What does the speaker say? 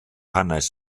hanes